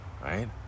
right